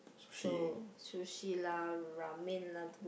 so Sushi lah Ramen lah